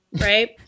right